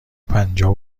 پنجاه